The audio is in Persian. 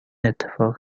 اتفاق